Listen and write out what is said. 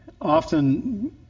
often